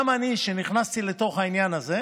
גם אני, כשנכנסתי לתוך העניין הזה,